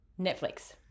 Netflix